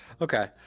Okay